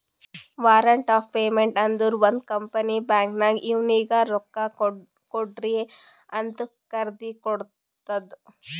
warrant of payment ಅಂದುರ್ ಒಂದ್ company ಬ್ಯಾಂಕ್ಗ್ ಇವ್ನಿಗ ರೊಕ್ಕಾಕೊಡ್ರಿಅಂತ್ ಬರ್ದಿ ಕೊಡ್ತದ್